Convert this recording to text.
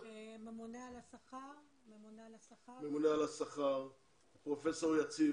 אני רוצה את הממונה על השכר, את פרופסור יציב